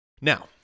now